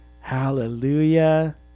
hallelujah